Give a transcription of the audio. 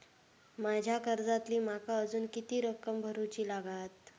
माझ्या कर्जातली माका अजून किती रक्कम भरुची लागात?